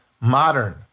modern